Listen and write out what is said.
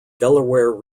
delaware